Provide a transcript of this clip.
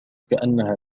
كأنها